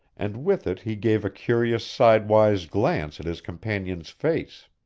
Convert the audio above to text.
and with it he gave a curious sidewise glance at his companion's face.